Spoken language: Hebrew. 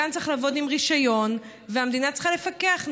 גן צריך לעבוד עם רישיון, והמדינה צריכה לפקח.